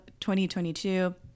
2022